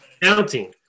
counting